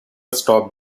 stop